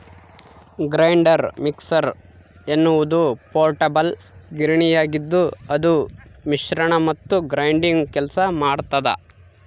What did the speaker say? grinder mixer ಎನ್ನುವುದು portable ಗಿರಣಿಯಾಗಿದ್ದುಅದು ಮಿಶ್ರಣ ಮತ್ತು ಗ್ರೈಂಡಿಂಗ್ ಕೆಲಸ ಮಾಡ್ತದ